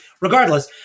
Regardless